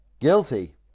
guilty